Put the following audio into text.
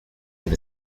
have